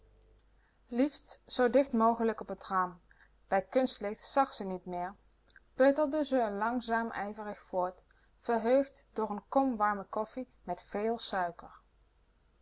liefst zoo dicht mogelijk op t raam bij kunstlicht zag ze niet meer peuterde ze langzaam ijverig voort verheugd door n kom warme koffie met véél suiker